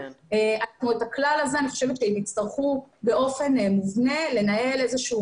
על הכלל הזה אני חושבת שהם יצטרכו באופן מובנה לנהל איזה שהוא